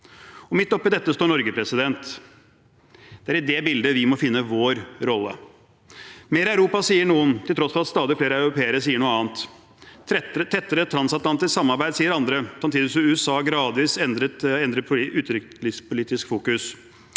Midt oppe i dette står Norge. Det er i det bildet vi må finne vår rolle. Mer Europa, sier noen, til tross for at stadig flere europeere sier noe annet. Tettere transatlantisk samarbeid, sier andre, samtidig som USA gradvis endrer utenrikspolitisk fokus.